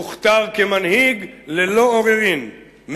הוכתר כמנהיג ללא עוררין,